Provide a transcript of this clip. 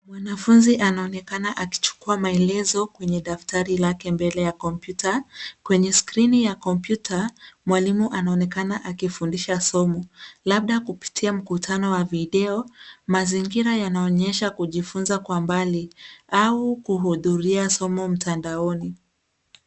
Mwanafunzi anaonekana akichukuwa maelezo kwenye daftari lake mbele ya kompyuta. Kwenye skrini ya kompyuta, mwalimu anaonekana akifundisha somo labda kupitia mkutano wa video . Mazingira yanaonyesha kujifunza kwa mbali au kuhudhuria somo mtandaoni.